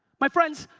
my friends,